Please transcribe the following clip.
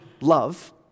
love